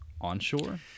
onshore